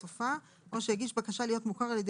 בסופה: "או שהגיש בקשה להיות מוכר על ידי